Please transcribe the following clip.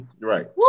Right